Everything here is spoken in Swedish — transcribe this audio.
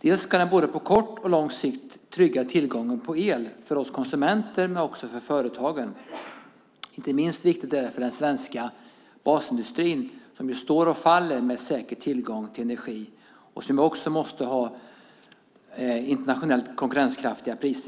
Den ska både på kort och på lång sikt trygga tillgången på el för oss konsumenter men också för företagen. Inte minst viktigt är det för den svenska basindustrin som står och faller med en säker tillgång på energi och som måste ha internationellt konkurrenskraftiga priser.